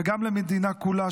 וגם למדינה כולה,